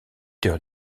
heures